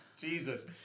Jesus